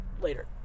later